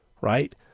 right